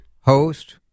host